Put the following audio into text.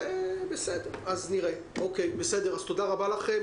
תודה רבה לכם.